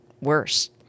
worse